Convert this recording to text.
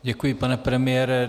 Děkuji, pane premiére.